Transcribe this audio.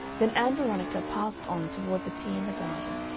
then ann veronica passed on toward the tea in the garden,